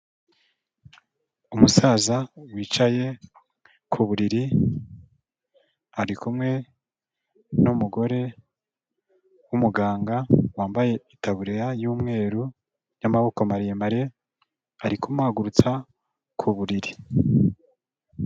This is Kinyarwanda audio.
Umusaza wicaye ku buriri, ari kumwe n'umugore w'umuganga wambaye itaburiya y'umweru y'amaboko maremare, ari kumuhagarutsa ku buriri.